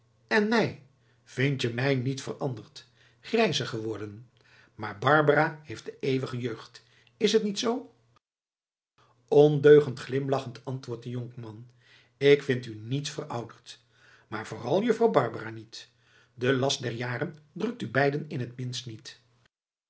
en mij vind je mij niet veranderd grijzer geworden maar barbara heeft de eeuwige jeugd is't niet zoo ondeugend glimlachend antwoordt de jonkman ik vind u niets verouderd maar vooral jùffrouw barbara niet de last der jaren drukt u beiden in t minst niet